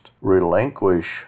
relinquish